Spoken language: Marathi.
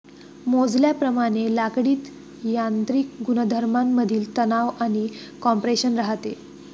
मोजल्याप्रमाणे लाकडीत यांत्रिक गुणधर्मांमधील तणाव आणि कॉम्प्रेशन राहते